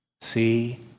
see